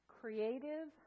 creative